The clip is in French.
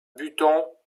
button